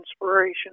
inspiration